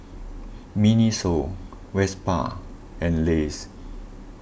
Miniso Vespa and Lays